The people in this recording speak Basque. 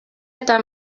eta